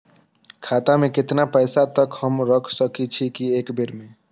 खाता में केतना पैसा तक हमू रख सकी छी एक बेर में?